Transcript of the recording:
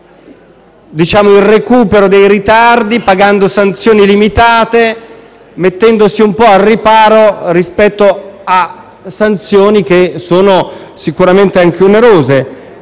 favorisce il recupero dei ritardi, pagando sanzioni limitate e mettendosi un po' al riparo rispetto a sanzioni che sono sicuramente onerose.